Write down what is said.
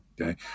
Okay